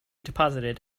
deposited